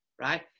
Right